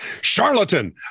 Charlatan